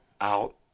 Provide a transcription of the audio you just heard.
out